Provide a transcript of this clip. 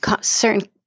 certain